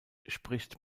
spricht